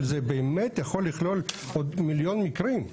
אבל זה באמת יכול לכלול עוד מיליון מקרים.